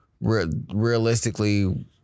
realistically